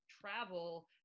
travel